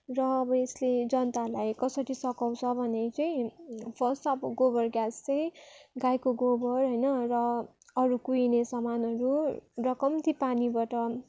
र अब यसले जनताहरूलाई कसरी सकाउँछ भने चाहिँ फर्स्ट अब गोबर ग्यास चाहिँ गाईको गोबर होइन र अरू कुहिने सामानहरू र कम्ती पानीबाट